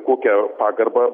kokią pagarbą